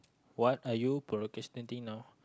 what are you procrastinating now